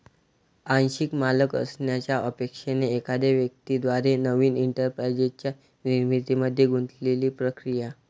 आंशिक मालक असण्याच्या अपेक्षेने एखाद्या व्यक्ती द्वारे नवीन एंटरप्राइझच्या निर्मितीमध्ये गुंतलेली प्रक्रिया